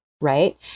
right